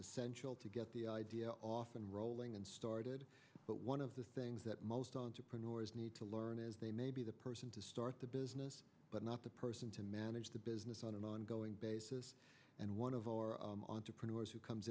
essential to get the idea off and rolling and started but one of the things that most entrepreneurs need to learn is they may be the person to start the business but not the person to manage the business on an ongoing basis and one of our entrepreneurs who comes